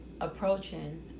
approaching